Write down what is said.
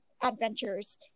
Adventures